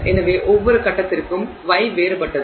எனவே ஒவ்வொரு கட்டத்திற்கும் γ வேறுபட்டது